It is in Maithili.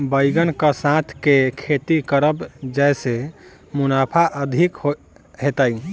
बैंगन कऽ साथ केँ खेती करब जयसँ मुनाफा अधिक हेतइ?